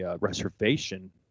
reservation